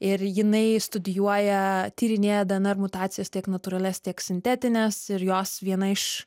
ir jinai studijuoja tyrinėja dnr mutacijas tiek natūralias tiek sintetines ir jos viena iš